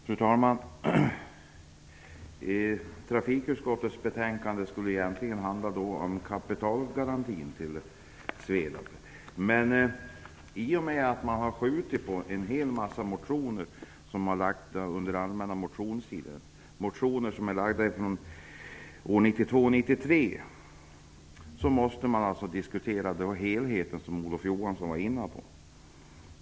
Fru talman! Trafikutskottets betänkande skulle egentligen handla om kapitalgarantin till Svedab, men i och med att behandlingen av en hel massa motioner från den allmänna motionstiden 1992/93 har uppskjutits måste vi nu diskutera helheten, som Olof Johansson var inne på.